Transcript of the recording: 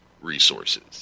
resources